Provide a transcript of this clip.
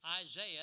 Isaiah